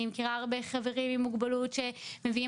אני מכירה הרבה חברים עם מוגבלות שמביאים